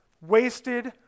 wasted